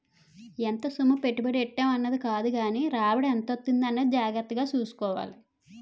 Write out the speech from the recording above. ఎంత సొమ్ము పెట్టుబడి ఎట్టేం అన్నది కాదుగానీ రాబడి ఎంతుంది అన్నది జాగ్రత్తగా సూసుకోవాలి